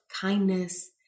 kindness